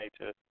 nature